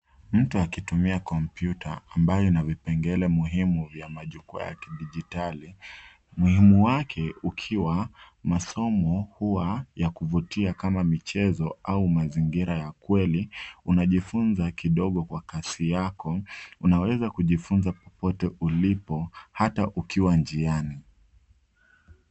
Mtu akitumia kompyuta ambayo ina vipengele muhimu vya majukwaa ya kidijitali. Umuhimu wake, masomo huwa ya kuvutia kama michezo au mazingira ya kweli. Unajifunza kidogo kwa kasi yako. Unaweza jifunza popote ulipo, hata ukiwa njiani.